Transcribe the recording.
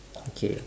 okay